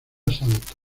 santo